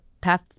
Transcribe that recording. path